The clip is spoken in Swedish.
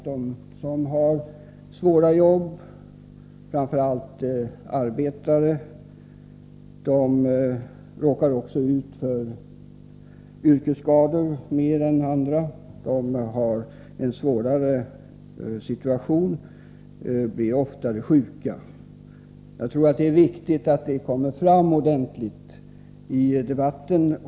De som har svåra jobb, framför allt arbetare, råkar naturligtvis också ut för yrkesskador mer än andra — de har en svårare situation och blir oftare sjuka. Jag tror det är viktigt att detta kommer fram ordentligt i debatten.